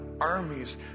armies